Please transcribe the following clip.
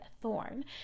thorn